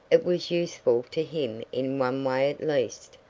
it was useful to him in one way at least.